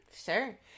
sure